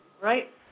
Right